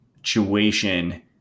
situation